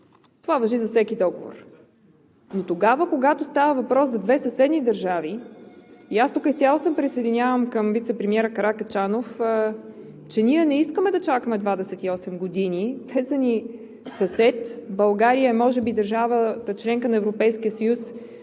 Това важи за всеки договор. Когато става въпрос за две съседни държави – и аз изцяло се присъединявам към вицепремиера Каракачанов, че ние не искаме да чакаме 28 години. Те са ни съсед. България е може би една от държавите – членки на Европейския съюз,